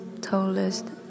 tallest